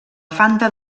fanta